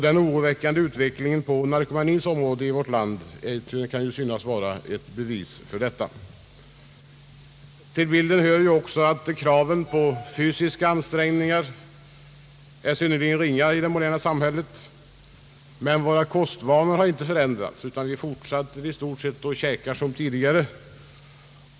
Den oroväckande utvecklingen på narkomanins område i vårt land kan synas vara ett bevis på detta. Till bilden hör också att kraven på fysiska ansträngningar är synnerligen ringa i det moderna samhället, men våra kostvanor har inte förändrats, utan vi fortsätter i stort sett att äta som tidigare.